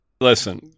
Listen